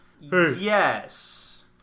Yes